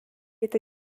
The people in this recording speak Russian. это